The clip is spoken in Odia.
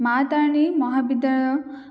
ମା ତାରିଣୀ ମହାବିଦ୍ୟାଳୟ